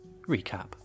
Recap